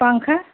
पंखे